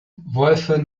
wolfe